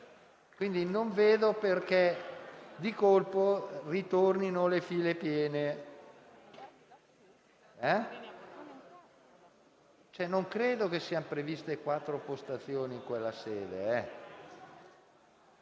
quindi non vedo perché di colpo ritornino le file piene. Non credo siano previste quattro postazioni in quella sede.